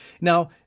Now